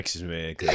man